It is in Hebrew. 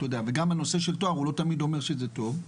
וגם הנושא של תואר לא תמיד אומר שזה טוב.